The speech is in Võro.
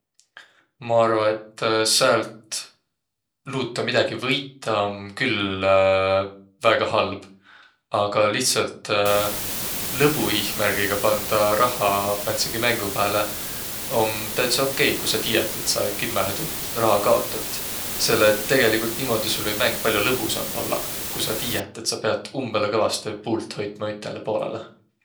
Maq arva, et säält luutaq midägi võita, om küll väega halb. Aga lihtsält lõbu iihmärgiga pandaq rahha määndsegi mängo pääle, om täütsä okei, ku saq tiiät, et saq kimmähe tuu raha kaotat. Selle, et tegeligult niimuudu sul või mäng pall'o lõbusamb ollaq, ku saq tiiät, et saq piät umbõlõ kõvastõ puult hoitma ütele poolõlõ.